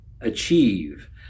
achieve